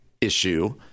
issue